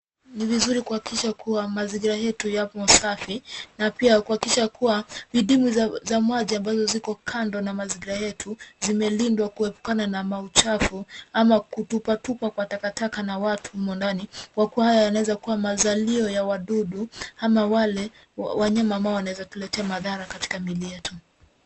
Ni vizuri kuhakikisha kuwa mazingira yetu yako safi na pia kuhakikisha kuwa vidimbwi za maji ambazo ziko kando na mazingira yetu zimelindwa kuhepukana na mauchafu ama kutupatupa kwa takataka na watu humo ndani kwa kuwa haya yanaweza kuwa mazalio ya wadudu ama wale wanyama ambao wanaeza tuletea madhara katika miili yetu.